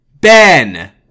Ben